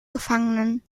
gefangenen